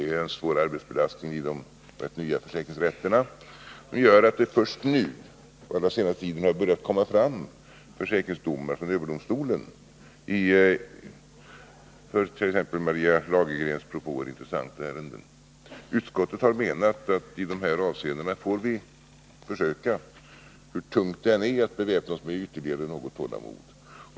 Det är en svår arbetsbelastning vid de nya försäkringsrätterna, vilket gör att det först under senare tid har börjat komma fram domar från försäkringsöverdomstolen i t.ex. med tanke på Maria Lagergrens propåer intressanta ärenden. Utskottet har menat att vi i dessa avseenden, hur tungt det än är, får försöka beväpna oss med ytterligare något tålamod.